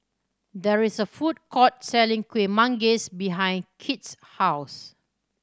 there is a food court selling Kueh Manggis behind Kit's house